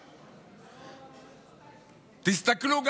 תסתכלו,